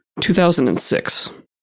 2006